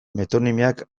metonimiak